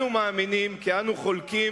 אנו מאמינים כי אנו חולקים